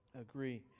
agree